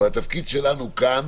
אבל התפקיד שלנו כאן